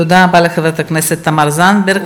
תודה רבה לחברת הכנסת תמר זנדברג.